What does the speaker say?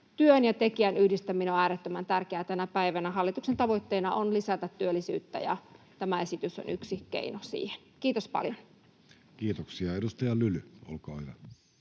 työn ja tekijän yhdistäminen on äärettömän tärkeää tänä päivänä. Hallituksen tavoitteena on lisätä työllisyyttä, ja tämä esitys on yksi keino siihen. — Kiitos paljon. [Speech 70] Speaker: Jussi Halla-aho